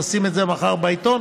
תשים את זה מחר בעיתון,